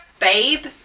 babe